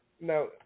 Now